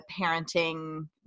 parenting